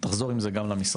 ותחזור עם זה גם למשרד,